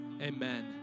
amen